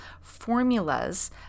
formulas